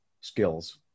skills